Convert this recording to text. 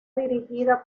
dirigida